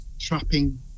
trapping